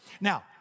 Now